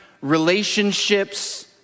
relationships